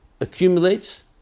accumulates